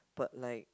but like